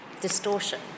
distortion